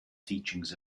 teachings